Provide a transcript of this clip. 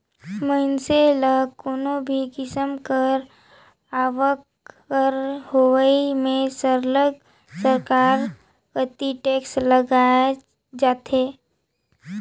मइनसे ल कोनो भी किसिम कर आवक कर होवई में सरलग सरकार कती टेक्स लगाएच जाथे